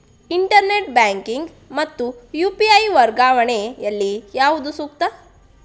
Internet banking ಮತ್ತು UPI ವರ್ಗಾವಣೆ ಯಲ್ಲಿ ಯಾವುದು ಸೂಕ್ತ?